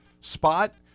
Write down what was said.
spot